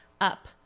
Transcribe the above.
up